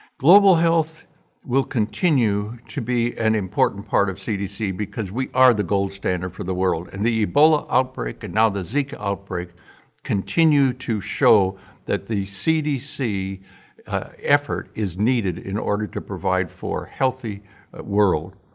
global health will continue to be an important part of cdc because we are the gold standard for the world, and the ebola outbreak and now the zika outbreak continue to show that the cdc effort is needed in order to provide for healthy world.